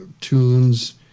tunes